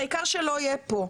העיקר שלא יהיה פה.